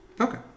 Okay